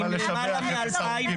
אין מה לשבח אפס הרוגים.